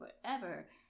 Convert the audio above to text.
forever